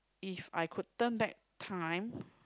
If I could turn back time